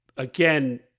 Again